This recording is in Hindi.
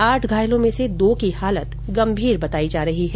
आठ घायलों में से दो की हालत गंभीर बताई जा रही हैं